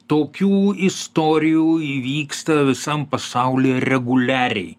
tokių istorijų įvyksta visam pasaulyje reguliariai